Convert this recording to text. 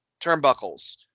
turnbuckles